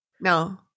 No